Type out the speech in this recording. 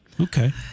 Okay